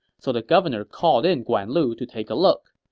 so the governor called in guan lu to take a look.